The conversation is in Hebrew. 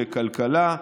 לכלכלה.